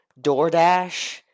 DoorDash